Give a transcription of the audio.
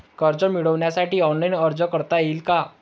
कर्ज मिळविण्यासाठी ऑनलाइन अर्ज करता येईल का?